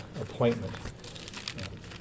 appointment